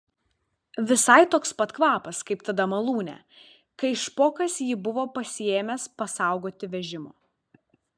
visai toks pat kvapas kaip tada malūne kai špokas jį buvo pasiėmęs pasaugoti vežimo